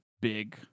big